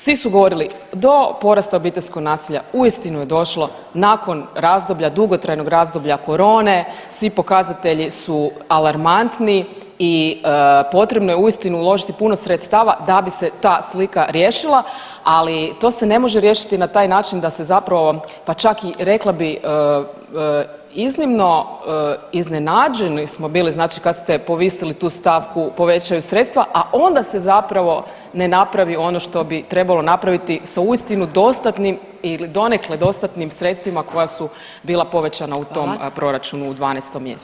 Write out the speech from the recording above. Svi su govorili do porasta obiteljskog nasilja uistinu je došlo nakon razdoblja, dugotrajnog razdoblja korone, svi pokazatelji su alarmantni i potrebno je uistinu uložiti puno sredstava da bi se ta slika riješila, ali to se ne može riješiti na taj način da se zapravo pa čak i rekla bi iznimno iznenađeni smo bili znači kad ste povisili tu stavku, povećaju sredstva, a onda se zapravo ne napravi ono što bi trebalo napraviti sa uistinu dostatnim ili donekle dostatnim sredstvima koja su bila povećana u tom [[Upadica: Hvala.]] proračunu u 12. mjesecu.